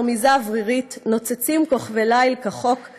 ברמיזה אוורירית / נוצצים כוכבי ליל כחוק /